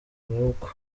maboko